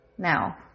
Now